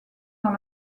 dans